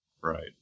Right